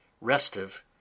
restive